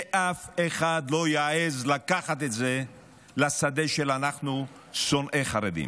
שאף אחד לא יעז לקחת את זה לשדה שאנחנו שונאי חרדים.